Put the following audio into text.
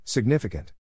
Significant